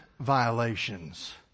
violations